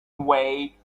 way